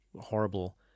horrible